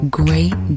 great